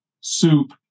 soup